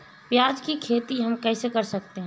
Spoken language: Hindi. प्याज की खेती हम कैसे कर सकते हैं?